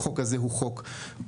שהחוק הזה הוא חוק טוב,